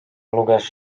luges